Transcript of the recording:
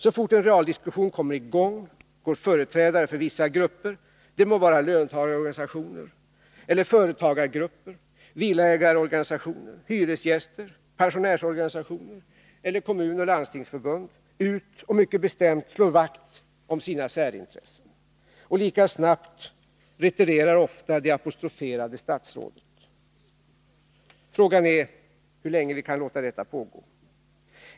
Så fort en realdiskussion kommer i gång, går företrädare för vissa grupper — det må vara löntagarorganisationer, företagargrupper, villaägarorganisationer, hyresgästorganisationer, pensionärsorganistioner eller kommunoch landstingsförbund — ut och mycket bestämt slår vakt om sina särintressen. Och lika snabbt retirerar ofta det apostroferade statsrådet. Frågan är hur länge vi kan låta detta pågå.